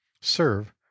Serve